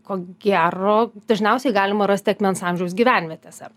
ko gero dažniausiai galima rasti akmens amžiaus gyvenvietėse